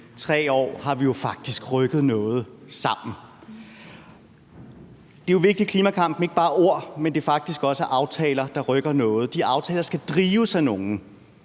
3 år, hvor vi jo faktisk har rykket noget sammen. Det er jo vigtigt, at klimakampen ikke bare er ord, men faktisk også er aftaler, der rykker noget. De aftaler skal drives af nogen.